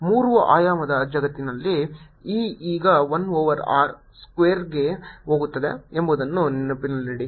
ಮೂರು ಆಯಾಮದ ಜಗತ್ತಿನಲ್ಲಿ E ಈಗ 1 ಓವರ್ r ಸ್ಕ್ವೇರ್ಗೆ ಹೋಗುತ್ತದೆ ಎಂಬುದನ್ನು ನೆನಪಿನಲ್ಲಿಡಿ